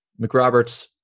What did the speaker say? McRoberts